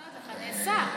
אני אומרת לך, נעשה.